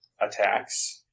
attacks